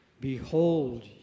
Behold